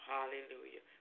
Hallelujah